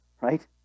right